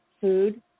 food